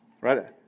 right